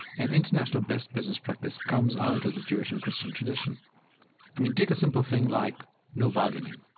and international best business practice comes out of the jewish and christian tradition i mean, take a simple thing like no bargaining.